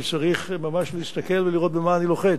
צריך ממש להסתכל ולראות במה אני לוחץ.